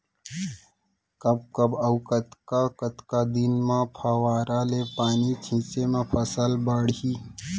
कब कब अऊ कतका कतका दिन म फव्वारा ले पानी छिंचे म फसल बाड़ही?